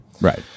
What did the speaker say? Right